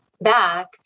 back